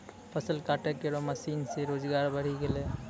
फसल काटै केरो मसीन सें रोजगार बढ़ी गेलै